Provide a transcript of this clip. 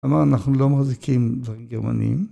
אמר, אנחנו לא מחזיקים דברים גרמניים